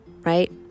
right